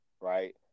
right